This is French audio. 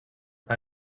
pas